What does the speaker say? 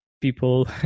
people